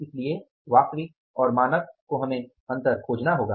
इसलिए वास्तविक और मानक को हमें अंतर खोजना होगा